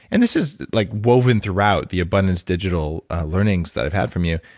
and this is like woven throughout the abundance digital learnings that i've had from you.